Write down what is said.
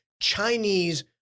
Chinese